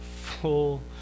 full